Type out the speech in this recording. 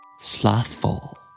slothful